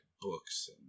books